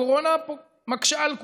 והקורונה מקשה על כולם.